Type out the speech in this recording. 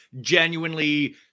genuinely